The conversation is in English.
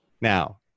Now